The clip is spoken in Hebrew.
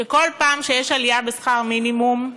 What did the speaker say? שכל פעם שיש עלייה בשכר המינימום,